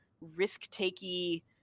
risk-takey